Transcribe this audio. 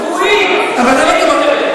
צבועים, אין עם מי לדבר.